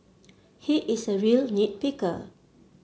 he is a real nit picker